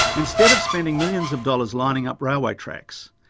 instead of spending millions of dollars lining up railway tracks,